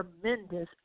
tremendous